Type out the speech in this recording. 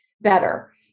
better